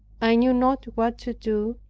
i knew not what to do,